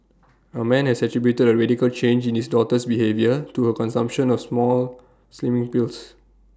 A man has attributed A radical change in his daughter's behaviour to her consumption of some slimming pills